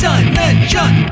Dimension